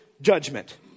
judgment